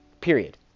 Period